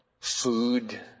food